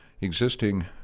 existing